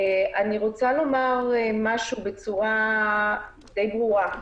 אני רוצה לומר משהו בצורה די ברורה,